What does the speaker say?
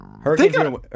Hurricanes